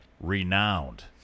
renowned